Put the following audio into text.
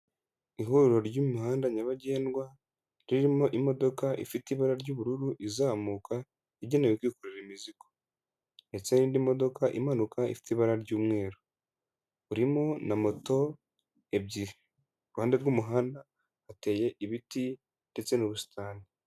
Ihuriro ry'imihanda nyabagendwa, ririmo imodoka ifite ibara ry'ubururu izamuka igenewe kwikorera imizigo ndetse n'indi modoka imanuka ifite ibara ry'umweru, urimo na moto ebyiri, iruhande rw'umuhanda hateye ibiti ndetse n'ubusitani.